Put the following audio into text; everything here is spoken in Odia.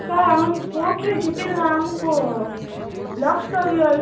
ସାର୍ ଆମେ ସ୍ପୋଟରେ ଜିତିଲେ ଆମକୁ ବ୍ଲକ ସ୍ତରୀୟ